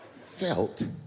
felt